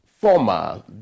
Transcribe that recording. former